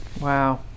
Wow